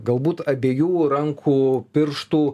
galbūt abiejų rankų pirštų